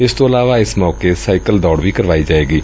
ਇਸ ਤੋਂ ਇਲਾਵਾ ਇਸ ਮੌਕੇ ਸਾਈਕਲ ਦੌੜ ਵੀ ਕਰਵਾਈ ਜਾਏਗੀ